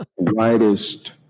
brightest